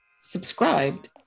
subscribed